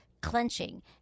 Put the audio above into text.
clenching